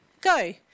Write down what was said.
Go